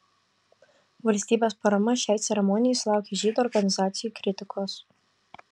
valstybės parama šiai ceremonijai sulaukė žydų organizacijų kritikos